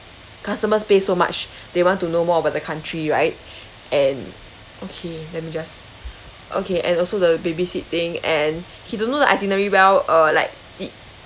customers pay so much they want to know more about the country right and okay let me just okay and also the baby seat thing and he don't know the itinerary well uh like did